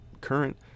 current